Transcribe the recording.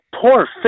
poor